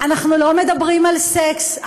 אנחנו לא מדברים על סקס,